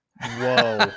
Whoa